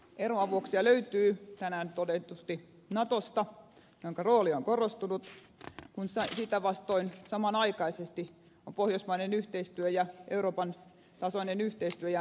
eroavuuksia löytyy tänään todetusti natosta jonka rooli on korostunut kun sitä vastoin samanaikaisesti on pohjoismainen yhteistyö ja euroopan tasoinen yhteistyö jäänyt vähemmälle